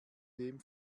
dem